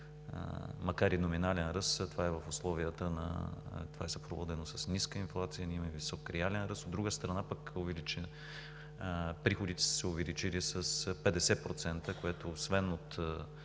Макар и номинален ръст, това е съпроводено с ниска инфлация – ние имаме висок реален ръст. От друга страна пък, приходите са се увеличили с 50%, което, освен от